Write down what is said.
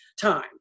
time